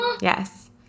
yes